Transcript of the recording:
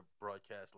broadcast